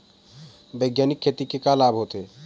बैग्यानिक खेती के का लाभ होथे?